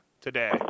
today